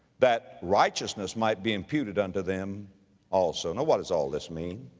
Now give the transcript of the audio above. that righteousness might be imputed unto them also. now what does all this mean?